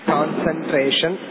Concentration